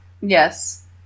Yes